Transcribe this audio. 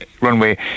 runway